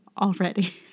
already